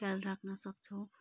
ख्याल राख्न सक्छौँ